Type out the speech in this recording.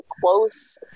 close